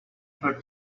her